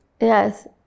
Yes